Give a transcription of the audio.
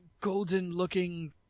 golden-looking